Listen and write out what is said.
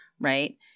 right